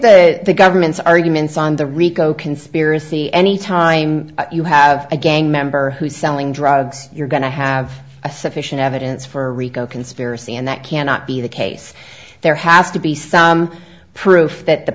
the government's arguments on the rico conspiracy any time you have a gang member who's selling drugs you're going to have a sufficient evidence for a rico conspiracy and that cannot be the case there has to be some proof that the